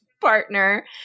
partner